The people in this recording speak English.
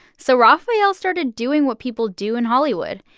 so rafael started doing what people do in hollywood.